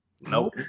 Nope